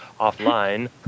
offline